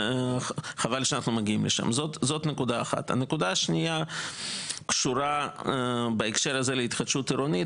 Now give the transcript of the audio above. הנקודה השנייה קשורה להתחדשות עירונית.